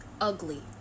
ugly